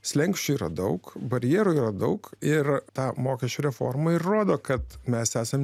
slenksčių yra daug barjerų yra daug ir tą mokesčių reforma ir rodo kad mes esam